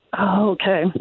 Okay